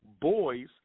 Boys